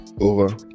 Over